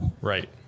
right